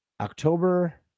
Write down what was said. October